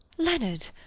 leonard,